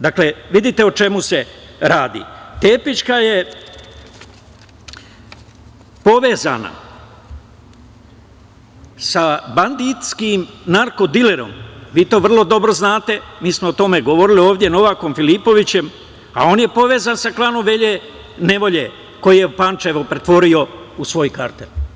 Dakle, vidite o čemu se radi, Tepićka je povezana sa banditskim narko-dilerom, vi to vrlo dobro znate, mi smo o tome govorili ovde, Novakom Filipovićem, a on je povezan sa klanom Velje Nevolje, koji je Pančevo pretvorio u svoj kartel.